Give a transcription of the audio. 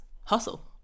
hustle